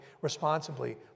responsibly